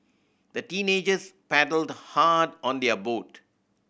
the teenagers paddled hard on their boat